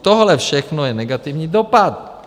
Tohle všechno je negativní dopad.